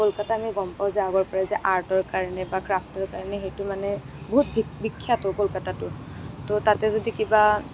কলকাতা আমি গম পাওঁ যে আগৰ পৰাই যে আৰ্টৰ কাৰণে বা ক্ৰাফ্টৰ কাৰণে সেইটো মানে বহুত বিখ্য়াতো কলকাতাটো তো তাতে যদি কিবা